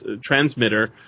transmitter